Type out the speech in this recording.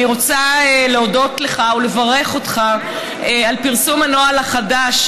אני רוצה להודות לך ולברך אותך על פרסום הנוהל החדש,